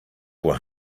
were